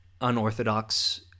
unorthodox